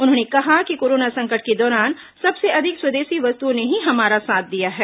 उन्होंने कहा कि कोरोना संकट के दौरान सबसे अधिक स्वदेशी वस्तुओं ने ही हमारा साथ दिया है